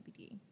cbd